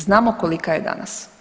Znamo kolika je danas.